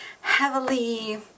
heavily